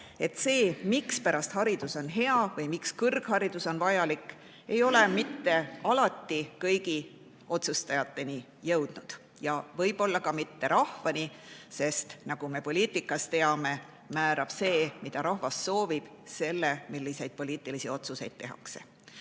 et see, mispärast haridus on hea või miks kõrgharidus on vajalik, ei ole mitte alati jõudnud kõigi otsustajateni ja võib-olla ka mitte rahvani, sest nagu me poliitikas teame, määrab see, mida rahvas soovib, selle, milliseid poliitilisi otsuseid tehakse.